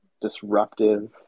disruptive